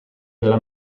della